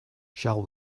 shall